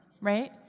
right